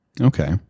Okay